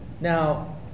Now